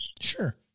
Sure